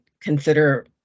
consider